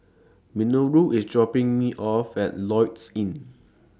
Minoru IS dropping Me off At Lloyds Inn